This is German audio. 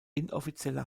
inoffizielle